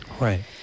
right